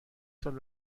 سال